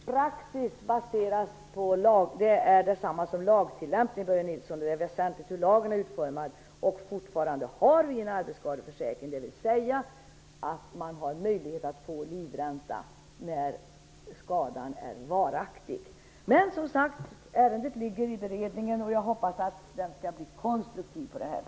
Herr talman! Praxis baseras på lag, vilket är detsamma som lagtillämpning, Börje Nilsson. Det är därför väsentligt hur lagen är utformad. Fortfarande har vi en arbetsskadeförsäkring, dvs. det finns möjlighet till livränta om skadan är varaktig. Men, som jag redan sagt, ärendet ligger i beredningen, och jag hoppas att beredningen skall bli konstruktiv på denna punkt.